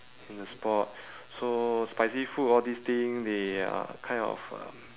in the sport so spicy food all these thing they are kind of uh